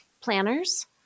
planners